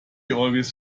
always